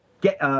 get